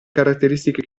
caratteristiche